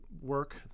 work